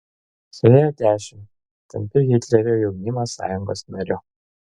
suėjo dešimt tampi hitlerio jaunimo sąjungos nariu